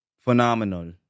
phenomenal